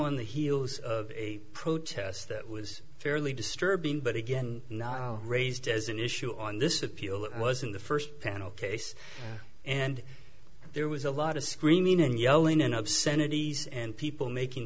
on the heels of a protest that was fairly disturbing but again not raised as an issue on this appeal it was in the first panel case and there was a lot of screaming and yelling and obscenity s and people making